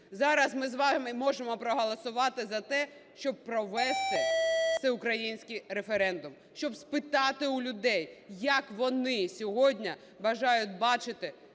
Зараз ми з вами можемо проголосувати за те, щоб провести всеукраїнський референдум. Щоб спитати у людей як вони сьогодні бажають бачити